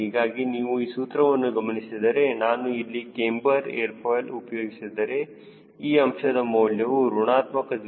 ಹೀಗಾಗಿ ನೀವು ಈ ಸೂತ್ರವನ್ನು ಗಮನಿಸಿದರೆ ನಾನು ಇಲ್ಲಿ ಕ್ಯಾಮ್ಬರ್ ಏರ್ ಫಾಯ್ಲ್ ಉಪಯೋಗಿಸಿದರೆ ಈ ಅಂಶದ ಮೌಲ್ಯವು ಋಣಾತ್ಮಕ 0